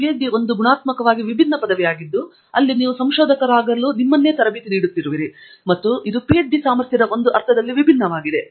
PhD ಒಂದು ಗುಣಾತ್ಮಕವಾಗಿ ವಿಭಿನ್ನ ಪದವಿಯಾಗಿದ್ದು ಅಲ್ಲಿ ನೀವು ಸಂಶೋಧಕರಾಗಲು ನಿಮ್ಮನ್ನು ತರಬೇತಿ ನೀಡುತ್ತಿರುವಿರಿ ಮತ್ತು ಇದು ಪಿಎಚ್ಡಿ ಸಾಮರ್ಥ್ಯದ ಒಂದು ಅರ್ಥದಲ್ಲಿ ವಿಭಿನ್ನವಾಗಿದೆ